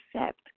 accept